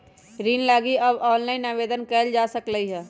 ऋण लागी अब ऑनलाइनो आवेदन कएल जा सकलई ह